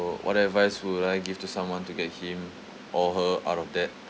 so what advice would I give to someone to get him or her out of debt